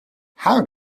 how